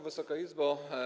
Wysoka Izbo!